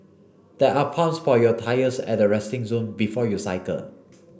there are pumps for your tyres at the resting zone before you cycle